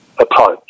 approach